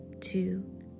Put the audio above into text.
Two